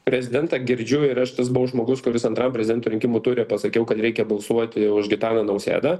prezidentą girdžiu ir aš tas buvau žmogus kuris antram prezidento rinkimų ture pasakiau kad reikia balsuoti už gitaną nausėdą